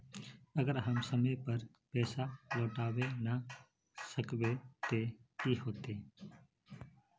अगर हम समय पर पैसा लौटावे ना सकबे ते की होते?